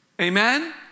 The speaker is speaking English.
Amen